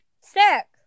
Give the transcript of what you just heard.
Six